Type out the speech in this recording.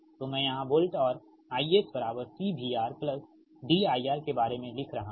तो मैं यहाँ वोल्ट और IS C VR D IR के बारे में लिख रहा हूँ